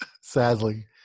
Sadly